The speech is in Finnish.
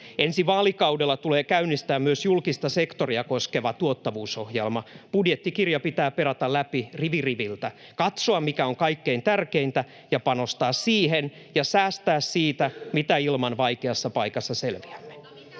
Ensi vaalikaudella tulee käynnistää myös julkista sektoria koskeva tuottavuusohjelma. Budjettikirja pitää perata läpi rivi riviltä, katsoa, mikä on kaikkein tärkeintä, ja panostaa siihen ja säästää siitä, mitä ilman vaikeassa paikassa selviämme.